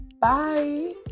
Bye